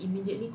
weird